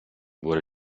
wurde